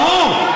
ברור.